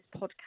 podcast